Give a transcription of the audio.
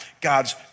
God's